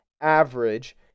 average